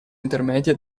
intermedie